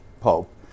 pope